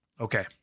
Okay